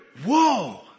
whoa